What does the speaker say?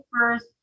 first